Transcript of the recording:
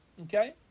Okay